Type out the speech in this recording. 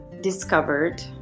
discovered